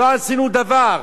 לא עשינו דבר,